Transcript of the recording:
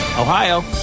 Ohio